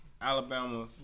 Alabama